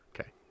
Okay